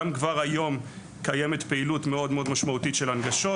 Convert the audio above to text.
כבר היום קיימת פעילות משמעותית מאוד של הנגשות,